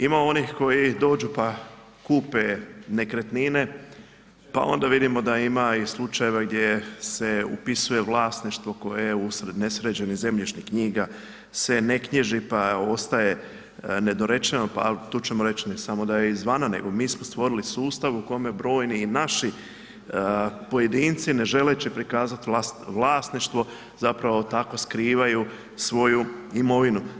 Ima onih koji dođu, pa kupe nekretnine, pa onda vidimo da ima i slučajeva gdje se upisuje vlasništvo koje je usred nesređenih zemljišnih knjiga se ne knjiži, pa ostaje nedorečeno, al tu ćemo reć ne samo da je iz vana, nego mi smo stvorili sustav u kome brojni i naši pojedinci ne želeći prikazati vlasništvo, zapravo tako skrivaju svoju imovinu.